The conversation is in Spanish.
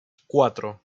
cuatro